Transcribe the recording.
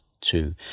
two